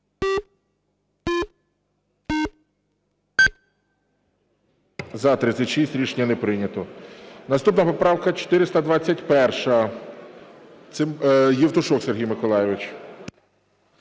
За-36 Рішення не прийнято. Наступна поправка 421, Євтушок Сергій Миколайович.